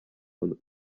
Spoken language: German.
von